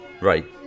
Right